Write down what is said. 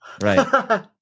Right